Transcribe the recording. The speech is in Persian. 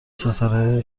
ستاره